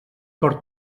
cor